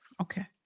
Okay